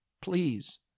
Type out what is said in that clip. please